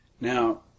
Now